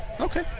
okay